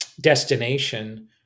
destination